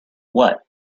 what